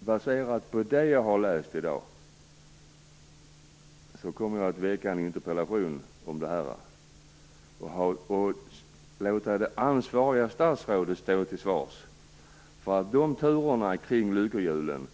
baserat på vad jag i dag har läst kommer jag att väcka en interpellation och låta ansvarigt statsråd stå till svars för turerna kring lyckohjulen.